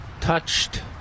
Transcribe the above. touched